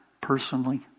personally